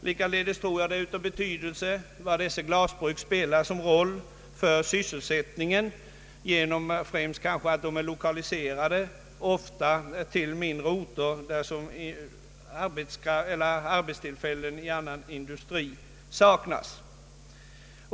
Likaledes tror jag att det är av vikt att framhålla den roll som dessa glasbruk spelar för sysselsättningen, kanske mest därför att de ofta är belägna på mindre orter där arbetstillfällen inom annan industri saknas.